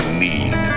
need